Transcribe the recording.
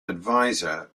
advisor